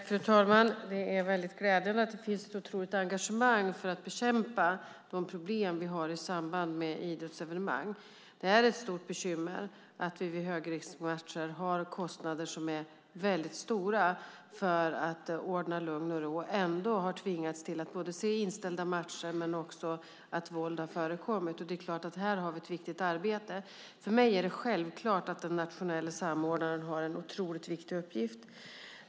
Fru talman! Det är glädjande att det finns ett otroligt engagemang för att bekämpa de problem vi har i samband med idrottsevenemang. Det är ett stort bekymmer att vi vid högriskmatcher har kostnader som är väldigt stora för att ordna lugn och ro. Och ändå har vi tvingats vara med om inställda matcher och om att våld har förekommit. Det är klart att vi här har ett viktigt arbete. För mig är det självklart att den nationella samordnaren har en otroligt viktig uppgift.